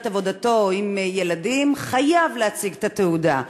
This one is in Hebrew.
עבודתו עם ילדים חייב להציג את התעודה.